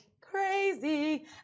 crazy